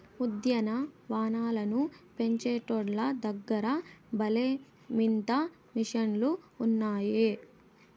ఉద్యాన వనాలను పెంచేటోల్ల దగ్గర భలే వింత మిషన్లు ఉన్నాయే